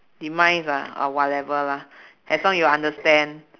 demise ah ah whatever lah as long you understand